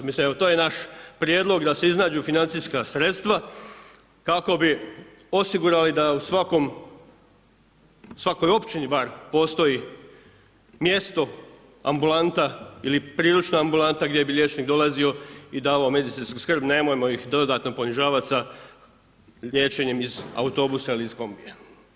Mislim to je naš prijedlog da se iznađu financijska sredstva, kako bi osigurali da u svakom, svakoj općini bar postoji mjesto, ambulanta, ili priručna ambulanta gdje bi liječnik dolazio i davao medicinsku skrb, nemojmo ih dodatno ponižavati sa liječenjem iz autobusa ili iz kombija.